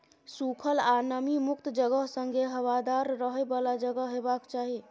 सुखल आ नमी मुक्त जगह संगे हबादार रहय बला जगह हेबाक चाही